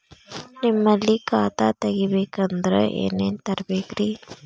ನಿಮ್ಮಲ್ಲಿ ಖಾತಾ ತೆಗಿಬೇಕಂದ್ರ ಏನೇನ ತರಬೇಕ್ರಿ?